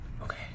Okay